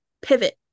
pivot